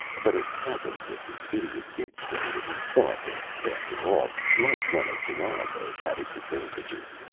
but it happened that the idiot did say that he thought that, after all, life on a canal-boat had its advantages.